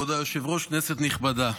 כבוד היושב-ראש, כנסת נכבדה,